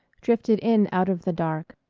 drifted in out of the dark.